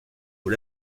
aux